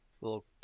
little